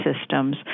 systems